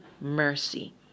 mercy